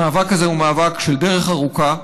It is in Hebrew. המאבק הזה הוא מאבק של דרך ארוכה.